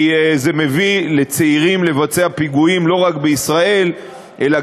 כי זה מביא צעירים לבצע פיגועים לא רק בישראל אלא